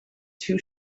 two